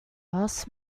ask